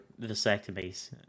vasectomies